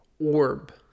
orb